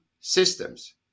systems